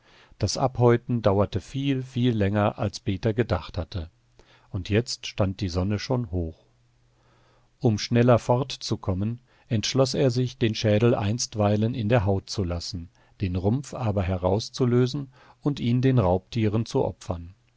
das abhäuten dauerte viel viel länger als peter gedacht hatte und jetzt stand die sonne schon hoch um schneller fortzukommen entschloß er sich den schädel einstweilen in der haut zu lassen den rumpf aber herauszulösen und ihn den raubtieren zu opfern